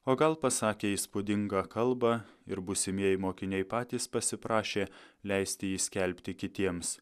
o gal pasakė įspūdingą kalbą ir būsimieji mokiniai patys pasiprašė leisti jį skelbti kitiems